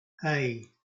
hey